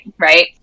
right